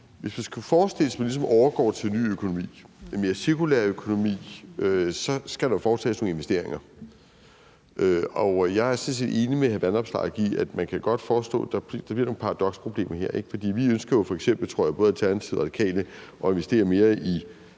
hvis vi skulle forestille os, at man ligesom overgår til en ny økonomi, en mere cirkulær økonomi, skal der jo foretages nogle investeringer. Og jeg er sådan set enig med hr. Alex Vanopslagh i, at man godt kan forudse, at der bliver nogle paradoksproblemer her, ikke sandt? For vi ønsker jo f.eks., tror jeg, både Alternativet og Radikale, at investere mere i